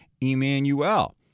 Emmanuel